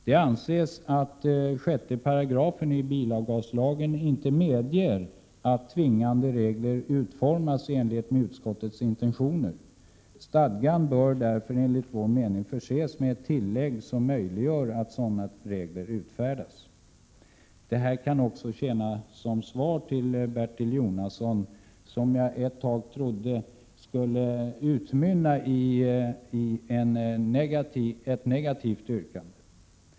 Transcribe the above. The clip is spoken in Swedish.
Det anses att 6 § bilavgaslagen icke medger att tvingande regler utformas i enlighet med utskottets intentioner. Stadgandet bör därför förses med ett tillägg som möjliggör att sådana regler utfärdas. Detta kan också tjäna som svar till Bertil Jonasson, som jag ett tag trodde skulle utbrista i ett negativt yrkande.